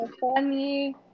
Funny